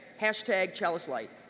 hashtag chalice light.